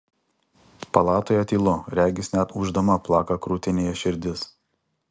palatoje tylu regis net ūždama plaka krūtinėje širdis